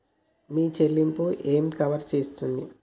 మీ చెల్లింపు ఏమి కవర్ చేస్తుంది?